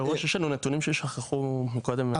כבוד היושב-ראש, יש לנו נתונים ששכחו קודם להציג.